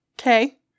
Okay